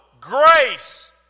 grace